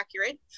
accurate